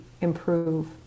improve